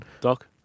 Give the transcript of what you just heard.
Doc